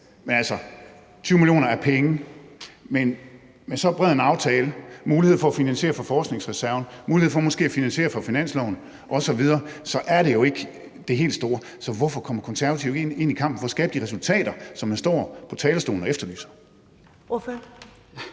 setup, og 20 mio. kr. er penge, men med så bred en aftale med mulighed for at finansiere det via forskningsreserven og med mulighed for måske at finansiere det via finansloven osv., så er det jo ikke det helt store beløb. Så hvorfor kommer Konservative ikke ind i kampen for at skabe de resultater, som man står på talerstolen og efterlyser?